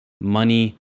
money